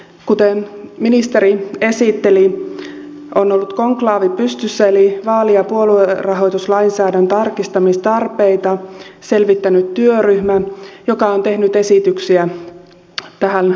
kuten ministeri esitteli on ollut konklaavi pystyssä eli vaali ja puoluerahoituslainsäädännön tarkistamistarpeita selvittänyt työryhmä joka on tehnyt esityksiä tähän lainsäädäntöön